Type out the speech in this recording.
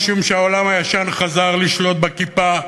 משום שהעולם הישן חזר לשלוט בכיפה,